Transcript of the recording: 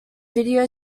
video